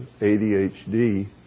ADHD